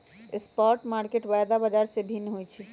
spot market वायदा बाजार से भिन्न होइ छइ